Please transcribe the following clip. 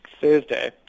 Thursday